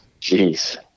Jeez